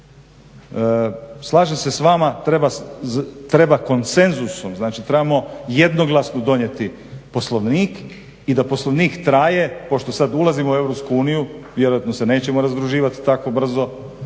Slažem se s vama treba konsenzusom, znači trebamo jednoglasno donijeti Poslovnik i da Poslovnik traje pošto sad ulazimo u EU, vjerojatno se nećemo razdruživati tako brzo,